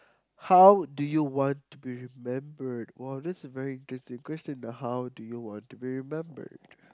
how do you want to be remembered !wow! that is a very interesting question that how do you want to be remembered